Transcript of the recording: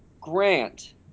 Grant